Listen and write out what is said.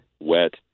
wet